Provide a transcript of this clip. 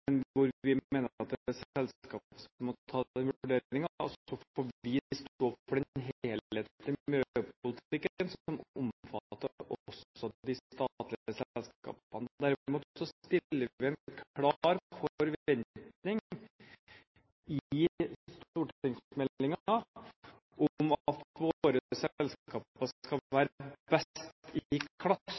hvor vi mener at det er selskapet som må ta den vurderingen, og så får vi stå for den helhetlige miljøpolitikken som omfatter også de statlige selskapene. Derimot har vi en klar forventning i stortingsmeldingen om at våre selskaper skal være best i